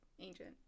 Ancient